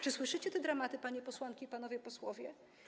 Czy słyszycie te dramaty, panie posłanki i panowie posłowie?